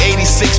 86